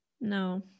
No